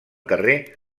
carrer